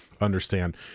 understand